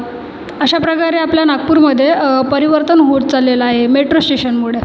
अशाप्रकारे आपल्या नागपूरमध्ये परिवर्तन होत चाललेलं आहे मेट्रो स्टेशनमुळं